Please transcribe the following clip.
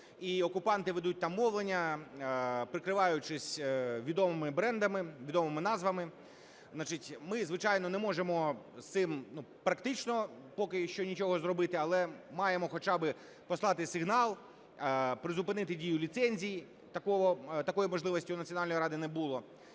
окупанти ведуть там мовлення, прикриваючись відомими брендами, відомими назвами. Значить ми, звичайно, не можемо з цим практично поки-що нічого зробити, але маємо хоча-би послати сигнал, призупинити дію ліцензій, такої можливості у Національної ради не було.